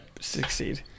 succeed